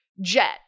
jet